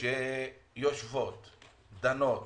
שדנות